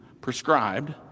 prescribed